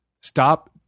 stop